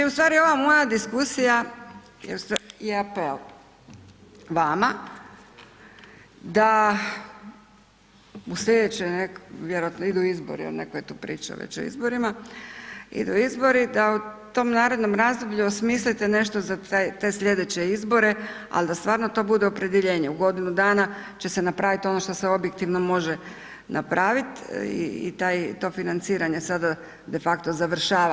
Ustvari ova moja diskusija je apel vama da u sljedeće, vjerojatno idu izbor jer neko je tu pričao već o izborima, idu izbori da u tom narednom razdoblju osmislite nešto za te sljedeće izbore, ali da to stvarno bude opredjeljenje u godinu dana će se napraviti ono što se objektivno može napraviti i to financiranje sada de facto završava.